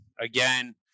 again